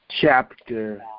chapter